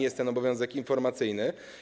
Jest ten obowiązek informacyjny.